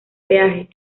peaje